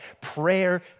Prayer